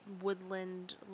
woodland